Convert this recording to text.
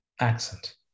accent